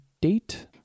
date